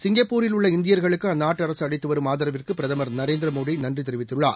சிங்கப்பூரில்உள்ளஇந்தியர்களுக்குஅந்நாட்டுஅரசுஅளித்துவரும்ஆதரவிற்குபிரதமர்ந ரேந்திரமோடிநன்றிதெரிவித்துள்ளார்